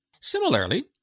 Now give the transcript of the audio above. Similarly